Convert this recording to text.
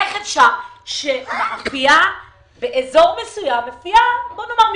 איך אפשר שמאפייה באזור מסוים בוא נאמר,